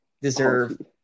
deserve –